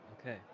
Okay